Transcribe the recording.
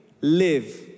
live